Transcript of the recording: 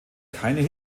keine